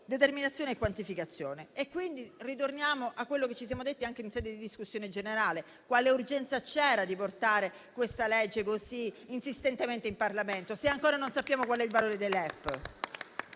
determinazione e quantificazione, quindi ritorniamo a quello che ci siamo detti anche in sede di discussione generale: quale urgenza c'era di portare questo provvedimento così insistentemente in Parlamento, se ancora non sappiamo qual è il valore dei LEP?